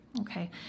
Okay